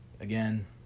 again